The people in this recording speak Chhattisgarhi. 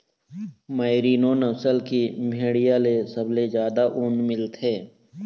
मैरिनो नसल के भेड़िया ले सबले जादा ऊन मिलथे